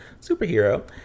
superhero